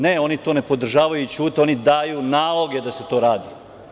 Ne, oni to ne podržavaju i ćute, oni daju naloge da se to radi.